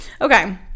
Okay